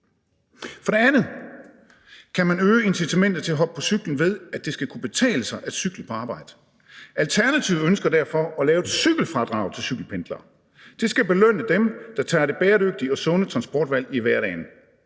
For det andet kan man øge incitamentet til at hoppe på cyklen ved, at det skal kunne betale sig at cykle på arbejde. Alternativet ønsker derfor at lave et cykelfradrag til cykelpendlere. Det skal belønne dem, der tager det bæredygtige og sunde transportvalg i hverdagen.